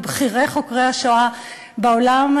מבכירי חוקרי השואה בעולם,